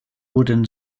wooden